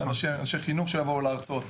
של אנשי חינוך שיבואו להרצות,